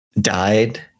died